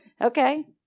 Okay